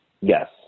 Yes